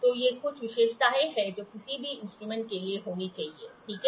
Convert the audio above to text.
तो ये कुछ विशेषताएं हैं जो किसी भी इंस्ट्रूमेंट के लिए होनी चाहिए ठीक है